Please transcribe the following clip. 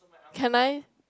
can I